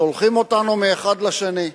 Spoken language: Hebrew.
שולחים אותנו מאחד לשני.